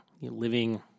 Living